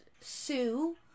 sue